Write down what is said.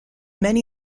many